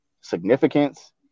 significance